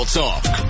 talk